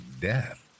death